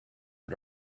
but